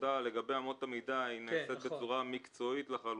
העבודה לגבי אמות המידה נעשית בצורה מקצועית לחלוטין.